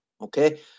okay